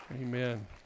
amen